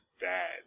bad